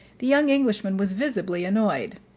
the young englishman was visibly annoyed.